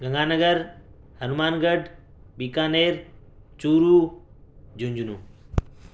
Ganga Nagar Hanumangarh Bikaner Churu Jhunjhunu